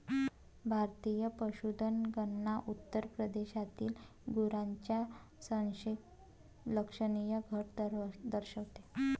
भारतीय पशुधन गणना उत्तर प्रदेशातील गुरांच्या संख्येत लक्षणीय घट दर्शवते